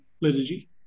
liturgy